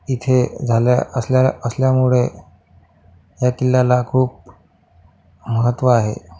इथे झाल्या असल्या असल्यामुळे या किल्ल्याला खूप महत्त्व आहे